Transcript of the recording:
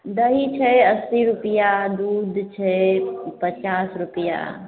दही छै अस्सी रुपिआ दूध छै पचास रुपिआ